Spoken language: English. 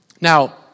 now